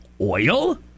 oil